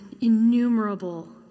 innumerable